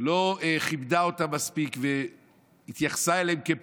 לא כיבדה אותם מספיק והתייחסה אליהם כאל